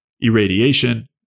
irradiation